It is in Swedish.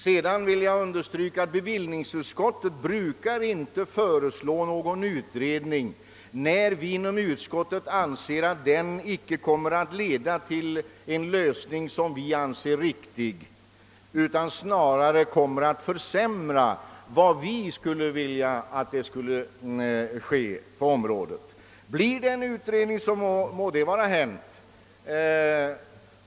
: Sedan vill jag understryka att bevillningsutskottet inte brukar biträda någon begäran om utredning, om utskottet räknar med att utredningen inte skulle leda till den lösning utskottet anser vara riktig, utan snarare skulle försämra vad utskottet vill åstadkomma på det område det gäller. Men om riksdagen nu beslutar om en utredning, så må det vara hänt.